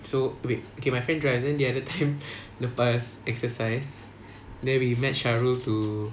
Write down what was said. so wait okay my friend drives then the other time the past exercise then we met sharul to